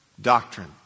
doctrine